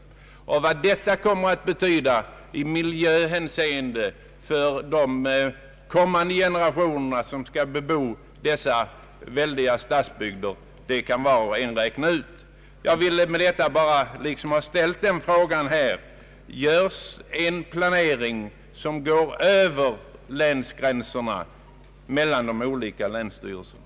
Vad detta kommer att betyda i miljöhänseende för kommande generationer, som skall bebo dessa väldiga stadsbygder, kan var och en räkna ut. Jag vill med detta bara ha ställt frågan: Görs en planering som går över länsgränserna, mellan de olika länsstyrelserna?